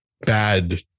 bad